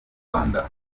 rwanda